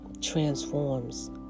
transforms